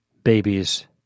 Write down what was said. Babies